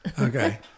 Okay